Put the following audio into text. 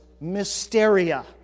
mysteria